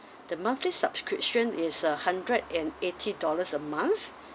the monthly subscription is a hundred and eighty dollars a month